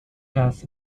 das